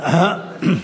העבודה,